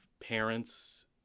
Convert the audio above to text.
parents